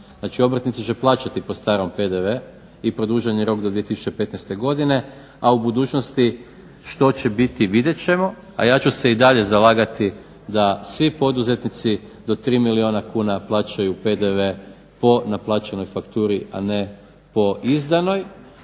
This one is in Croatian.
Znači obrtnici će plaćati po starom PDV i produženi rok do 2015. godine a u budućnosti što će biti vidjeti ćemo. A ja ću se i dalje zalagati da svi poduzetnici do 3 milijuna kuna plaćaju PDV po naplaćenoj fakturi a ne po izdanoj.